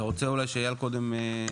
אתה רוצה אולי שאייל קודם יסביר ואז?